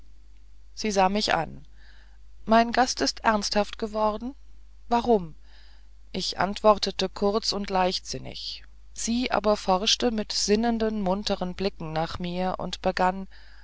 sie sah mich an mein gast ist ernsthaft worden warum ich antwortete kurz und leichtsinnig sie aber forschte mit sinnenden munteren blicken an mir und begann